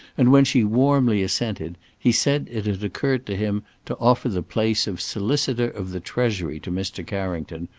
and when she warmly assented, he said it had occurred to him to offer the place of solicitor of the treasury to mr. carrington,